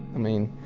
i mean,